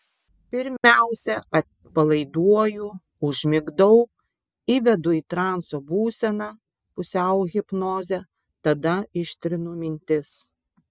pirmiausia atpalaiduoju užmigdau įvedu į transo būseną pusiau hipnozę tada ištrinu mintis